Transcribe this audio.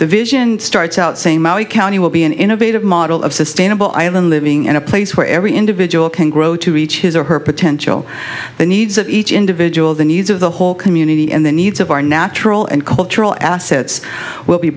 the vision starts out same county will be an innovative model of sustainable island living in a place where every individual can grow to each his or her potential the needs of each individual the needs of the whole community and the needs of our natural and cultural assets will be